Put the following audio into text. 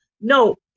no